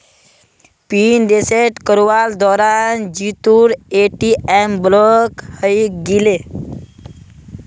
pin reset करवार दौरान जीतूर ए.टी.एम ब्लॉक हइ गेले